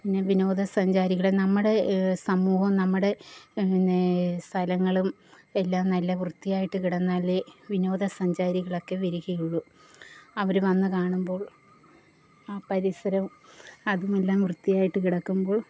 പിന്നെ വിനോദ സഞ്ചാരികൾ നമ്മുടെ സമൂഹം നമ്മുടെ ന്നേ സ്ഥലങ്ങളും എല്ലാം നല്ല വൃത്തിയായിട്ട് കിടന്നാലേ വിനോദ സഞ്ചാരികളൊക്കെ വരികയുള്ളു അവർ വന്നു കാണുമ്പോൾ ആ പരിസരം അതുമെല്ലാം വൃത്തിയായിട്ട് കിടക്കുമ്പോൾ